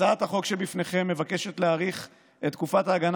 הצעת החוק שבפניכם מבקשת להאריך את תקופת ההגנה